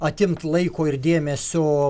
atimt laiko ir dėmesio